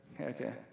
Okay